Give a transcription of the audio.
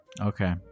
Okay